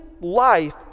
life